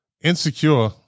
Insecure